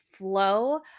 Flow